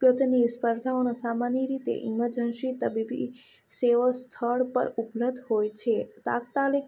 ગમતની સ્પર્ધાઓનો સામાન્ય રીતે ઇમરજન્સી તબીબી સેવસ સ્થળ ઉપલબ્ધ હોય છે તાત્કાલિક